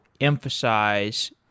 emphasize